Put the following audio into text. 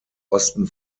osten